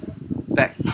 back